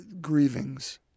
grievings